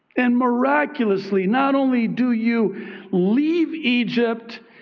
and miraculously, not only do you leave egypt,